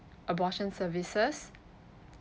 abortion services